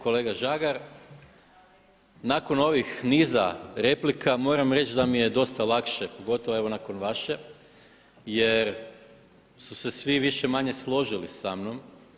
Kolega Žagar, nakon ovih niza replika moram reći da mi je dosta lakše, pogotovo evo nakon vaše jer su se svi više-manje složili samnom.